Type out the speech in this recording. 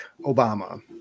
Obama